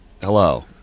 Hello